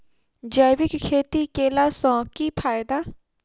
जैविक खेती केला सऽ की फायदा?